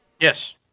Yes